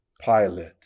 Pilate